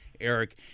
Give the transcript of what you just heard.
Eric